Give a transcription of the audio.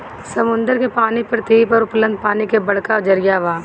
समुंदर के पानी पृथ्वी पर उपलब्ध पानी के बड़का जरिया बा